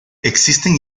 existen